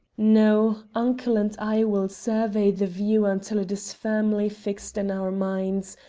no uncle and i will survey the view until it is firmly fixed in our minds.